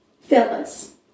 Phyllis